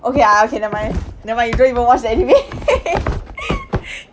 okay ah okay nevermind nevermind you don't even watch the anime